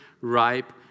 ripe